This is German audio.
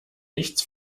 nichts